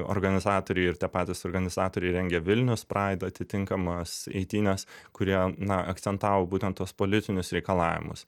organizatoriai ir tie patys organizatoriai rengia vilnius praid atitinkamas eitynes kurie na akcentavo būtent tuos politinius reikalavimus